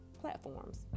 platforms